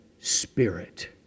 Spirit